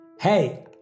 Hey